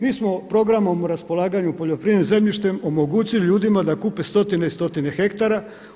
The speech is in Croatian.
Mi smo programom o raspolaganjem poljoprivrednim zemljištem omogućili ljudima da kupe stotine i stotine hektara.